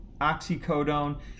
oxycodone